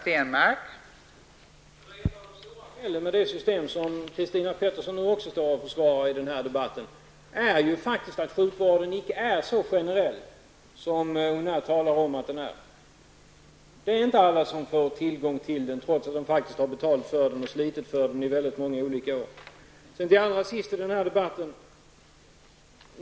Fru talman! Ett av de stora felen med det system som Christina Pettersson försvarar i denna debatt är faktiskt att sjukvården inte är så generell som ni talar om att den är. Alla människor får inte tillgång till den, trots att de faktiskt har betalt för den och slitit för den i många år.